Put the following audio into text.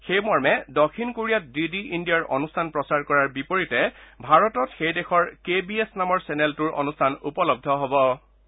সেই মৰ্মে দক্ষিণ কোৰিয়াত ডিডি ইণ্ডিয়াৰ অনুষ্ঠান প্ৰচাৰ কৰাৰ বিপৰীতে ভাৰতত সেই দেশৰ কে বি এছ নামৰ চেনেলটোৰ অনুষ্ঠান উপলব্ধ হ'ব